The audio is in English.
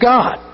God